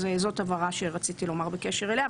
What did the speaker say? אז זאת הבהרה שרציתי לומר בקשר אליה.